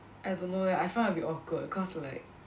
I don't know eh I find her a bit awkward cause like